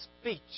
speech